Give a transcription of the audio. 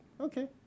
okay